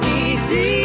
easy